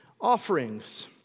offerings